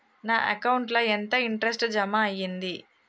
నా అకౌంట్ ల ఎంత ఇంట్రెస్ట్ జమ అయ్యింది?